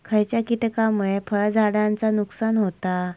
खयच्या किटकांमुळे फळझाडांचा नुकसान होता?